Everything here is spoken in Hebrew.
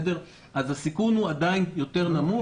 אז הסיכון הוא עדיין נמוך יותר.